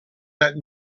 that